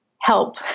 Help